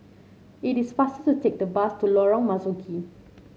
it is faster to take the bus to Lorong Marzuki